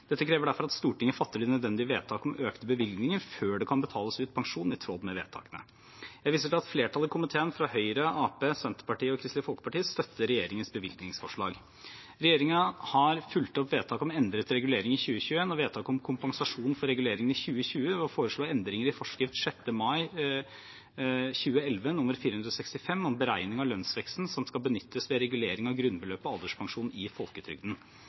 Dette krever derfor at Stortinget fatter de nødvendige vedtak om økte bevilgninger før det kan betales ut pensjon i tråd med vedtakene. Jeg viser til at flertallet i komiteen – Høyre, Arbeiderpartiet, Senterpartiet og Kristelig Folkeparti – støtter regjeringens bevilgningsforslag. Regjeringen har fulgt opp vedtaket om endret regulering i 2021 og vedtaket om kompensasjon for reguleringen i 2020 ved å foreslå endringer i forskrift 6. mai 2011 nr. 465 om beregning av lønnsveksten som skal benyttes ved regulering av grunnbeløpet og alderspensjon i folketrygden.